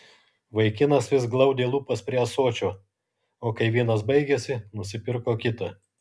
vaikinas vis glaudė lūpas prie ąsočio o kai vynas baigėsi nusipirko kitą